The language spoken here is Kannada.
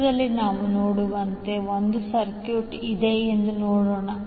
ಚಿತ್ರದಲ್ಲಿ ನಾವು ನೋಡುವಂತೆ ಒಂದು ಸರ್ಕ್ಯೂಟ್ ಇದೆ ಎಂದು ನೋಡೋಣ